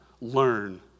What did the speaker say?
learn